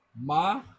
Ma